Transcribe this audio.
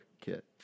kit